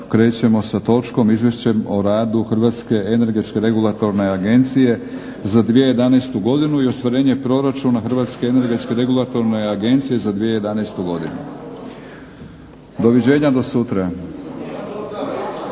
krećemo sa točkom izvješćem o radu Hrvatske energetske regulatorne agencije za 2011. godinu i ostvarenje proračuna Hrvatske energetske regularne agencije za 2011. godinu. Do viđenja do sutra!